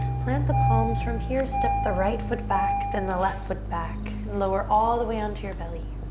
plant the palms. from here, step the right foot back. then the left foot back and lower all the way on to your belly.